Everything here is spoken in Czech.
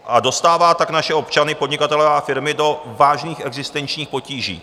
A dostává tak naše občany, podnikatele a firmy do vážných existenčních potíží.